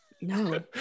no